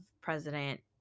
President